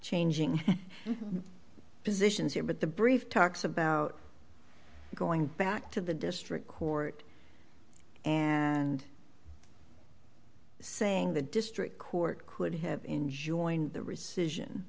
changing positions here but the brief talks about going back to the district court and saying the district court could have enjoined the rescission